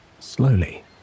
Slowly